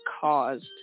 caused